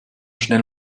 schnell